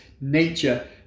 nature